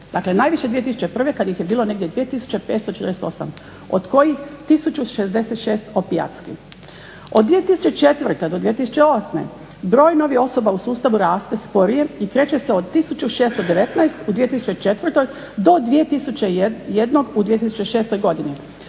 dakle najviše 2001. kad ih je bilo negdje 2 tisuće 548 od kojih tisuću 66 opijatskih. Od 2004. do 2008. broj novih osoba u sustavu raste sporije i kreće se od tisuću 619 u 2004., do 2 tisuće i jednog